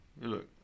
Look